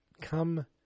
come